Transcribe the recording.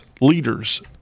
leaders